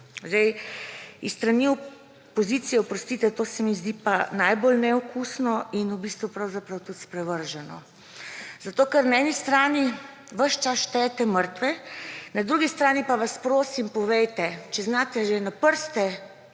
mrtvih s strani opozicije, oprostite, to se mi zdi pa najbolj neokusno in v bistvu tudi pravzaprav sprevrženo. Zato ker na eni strani ves čas štejete mrtve, na drugi strani pa vas prosim, povejte, če znate že na prste